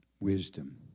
wisdom